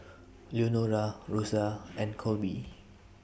Leonora Rosa and Colby